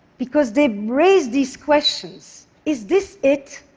because they raise these questions. is this it?